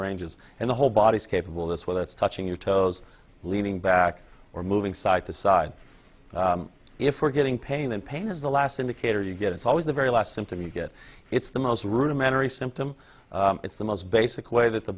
ranges and the whole body is capable of this well that's touching your toes leaning back or moving side to side if we're getting pain and pain is the last indicator you get it's always the very last symptom you get it's the most rudimentary symptom it's the most basic way that the